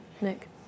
Nick